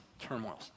turmoil